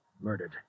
Murdered